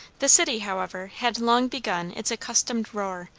the city, however, had long begun its accustomed roar,